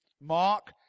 Mark